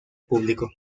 público